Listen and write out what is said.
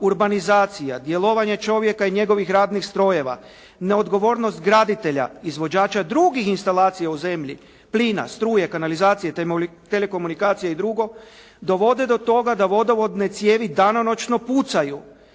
urbanizacija, djelovanje čovjeka i njegovih radnih strojeva, neodgovornost graditelja, izvođača drugih instalacija u zemlji, plina, struje, kanalizacije, telekomunikacije i dr. dovode do toga da vodovodne cijevi danonoćno pucaju,